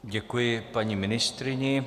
Děkuji paní ministryni.